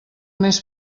més